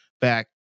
back